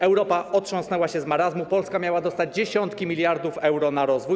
Europa otrząsnęła się z marazmu, Polska miała dostać dziesiątki miliardów euro na rozwój.